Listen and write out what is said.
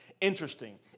Interesting